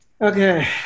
Okay